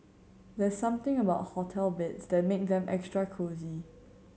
there's something about hotel beds that make them extra cosy